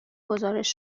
گزارش